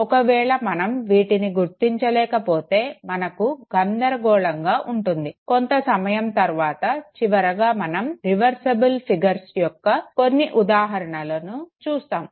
ఒకవేళ మనం వీటిని గుర్తించలేకపోతే మనకు గందరగోళంగా ఉంటుంది కొంత సమయం తరువాత చివరగా మనం రివర్సిబుల్ ఫిగర్స్ యొక్క కొన్ని ఉదాహరణలను చూస్తాము